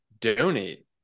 donate